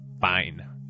Fine